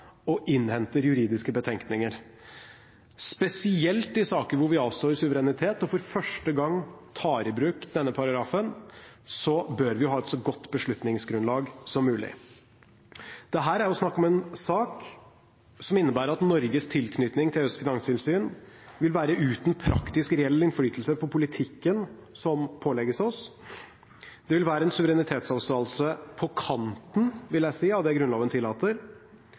og innhenter juridiske betenkninger. Spesielt i saker hvor vi avstår suverenitet og for første gang tar i bruk denne paragrafen, bør vi ha et så godt beslutningsgrunnlag som mulig. Dette er snakk om en sak som innebærer at Norges tilknytning til EUs finanstilsyn vil være uten praktisk reell innflytelse på politikken som pålegges oss. Det vil være en suverenitetsavståelse på kanten, vil jeg si, av det Grunnloven tillater.